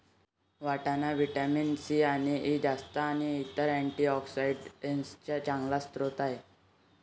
वाटाणा vitamin C आणि E, जस्त आणि इतर अँटीऑक्सिडेंट्सचा चांगला स्रोत आहे